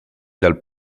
dal